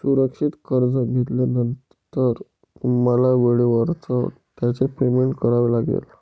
सुरक्षित कर्ज घेतल्यानंतर तुम्हाला वेळेवरच त्याचे पेमेंट करावे लागेल